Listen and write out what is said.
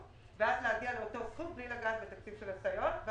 ואז להגיע לאותו סכום בלי לגעת בתקציב של הסייעות.